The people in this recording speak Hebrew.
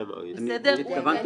לא, התכוונתי